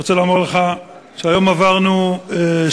אני רוצה לומר לך שהיום עברנו שיעור